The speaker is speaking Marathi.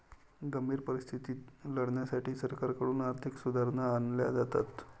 गंभीर परिस्थितीशी लढण्यासाठी सरकारकडून आर्थिक सुधारणा आणल्या जातात